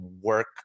work